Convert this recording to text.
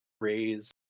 raise